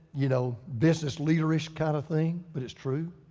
you know business leaderish kind of thing, but it's true.